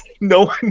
no